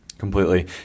completely